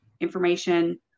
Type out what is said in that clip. information